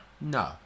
no